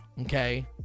Okay